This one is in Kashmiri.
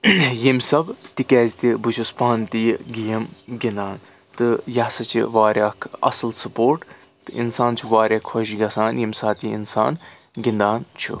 ییٚمہِ سب تِکیاز تہِ بہٕ چھُس پانہٕ تہِ یہِ گیم گِنٛدان تہٕ یہِ ہسا چھِ واریاہ اکھ اصل سٕپوٹ تہٕ اِنسان چھُ واریاہ خۄش گژھان ییٚمہِ ساتہٕ یہِ اِنسان گِنٛدان چھُ